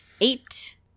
eight